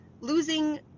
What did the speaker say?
losing